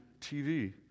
TV